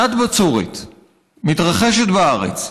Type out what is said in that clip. שנת בצורת מתרחשת בארץ,